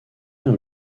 dans